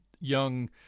young